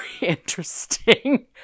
interesting